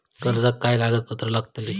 कर्जाक काय कागदपत्र लागतली?